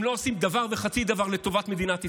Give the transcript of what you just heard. הם לא עושים דבר וחצי דבר לטובת מדינת ישראל,